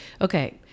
okay